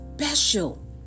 special